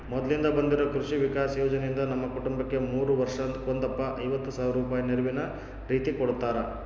ಮೊದ್ಲಿಂದ ಬಂದಿರೊ ಕೃಷಿ ವಿಕಾಸ ಯೋಜನೆಯಿಂದ ನಮ್ಮ ಕುಟುಂಬಕ್ಕ ಮೂರು ವರ್ಷಕ್ಕೊಂದಪ್ಪ ಐವತ್ ಸಾವ್ರ ರೂಪಾಯಿನ ನೆರವಿನ ರೀತಿಕೊಡುತ್ತಾರ